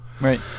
Right